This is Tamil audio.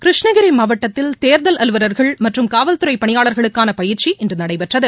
கிருஷ்ணகிரி மாவட்டத்தில் தேர்தல் அலுவலர்கள் மற்றும் காவல்துறை பணியாளர்களுக்கான பயிற்சி இன்று நடைபெற்றது